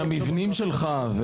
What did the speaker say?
והמבנים שלך.